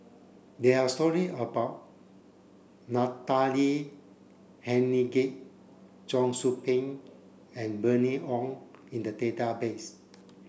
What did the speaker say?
there are story about Natalie Hennedige Cheong Soo Pieng and Bernice Ong in the database